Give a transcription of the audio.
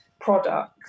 products